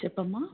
చెప్పమ్మా